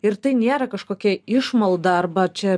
ir tai nėra kažkokia išmalda arba čia